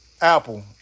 Apple